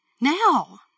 Now